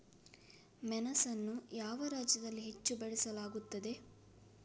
ಮೆಣಸನ್ನು ಯಾವ ರಾಜ್ಯದಲ್ಲಿ ಹೆಚ್ಚು ಬೆಳೆಯಲಾಗುತ್ತದೆ?